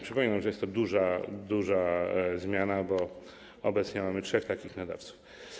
Przypominam, że jest to duża zmiana, bo obecnie mamy trzech takich nadawców.